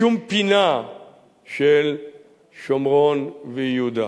בשום פינה של שומרון ויהודה.